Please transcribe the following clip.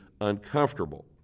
uncomfortable